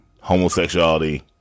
homosexuality